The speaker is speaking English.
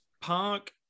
park